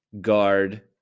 guard